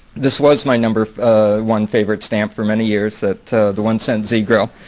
this was my number one favorite stamp for many years. that's the one cent z-grill.